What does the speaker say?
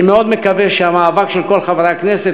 אני מאוד מקווה שהמאבק של כל חברי הכנסת,